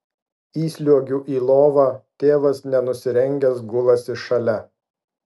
įsliuogiu į lovą tėvas nenusirengęs gulasi šalia